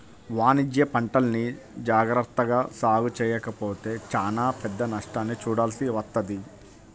వాణిజ్యపంటల్ని జాగర్తగా సాగు చెయ్యకపోతే చానా పెద్ద నష్టాన్ని చూడాల్సి వత్తది